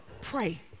pray